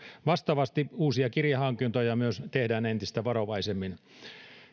vastaavasti uusia kirjahankintoja myös tehdään entistä varovaisemmin